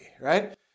right